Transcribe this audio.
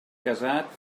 casat